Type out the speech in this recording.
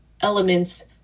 elements